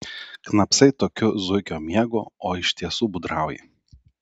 knapsai tokiu zuikio miegu o iš tiesų būdrauji